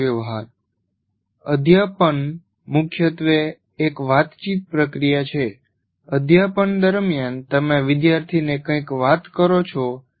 સંદેશાવ્યવહાર અધ્યાપન મુખ્યત્વે એક વાતચીત પ્રક્રિયા છે અધ્યાપન દરમિયાન તમે વિદ્યાર્થીને કંઈક વાત કરો છો